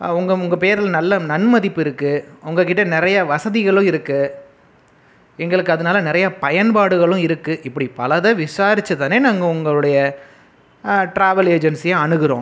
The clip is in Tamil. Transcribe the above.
உங்கள் உங்கள் பேரில் நல்ல நன்மதிப்பு இருக்கு உங்கள் கிட்ட நிறைய வசதிகளும் இருக்கு எங்களுக்கு அதனால நிறைய பயன்பாடுகளும் இருக்கு இப்படி பலதை விசாரிச்சு தானே நாங்கள் உங்களுடைய டிராவல் ஏஜென்சியை அணுகுறோம்